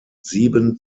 sieben